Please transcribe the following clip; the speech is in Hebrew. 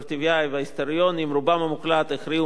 ההיסטוריונים, רובם המוחלט הכריעו מזמן,